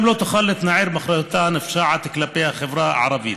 גם לא תוכל להתנער מאחריותה הנפשעת כלפי החברה הערבית.